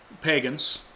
pagans